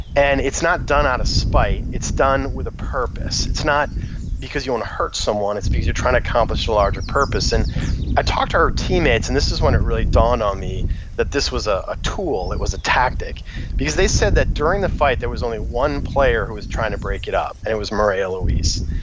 and it's not done out of spite it's done with a purpose. it's not because you want to hurt someone, its because you're trying to accomplish a larger purpose. and i talked to her teammates and this is when it really dawned on me that this was a a tool. it was a tactic because they said that during the fight there was only one player who was trying to break it up and it was mireya luis.